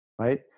Right